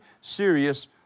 serious